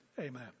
Amen